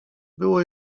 było